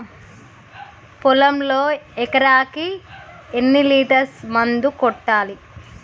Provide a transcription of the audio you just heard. పొలంలో ఎకరాకి ఎన్ని లీటర్స్ మందు కొట్టాలి?